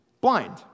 blind